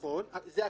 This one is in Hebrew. נכון, זה הכלל,